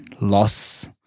loss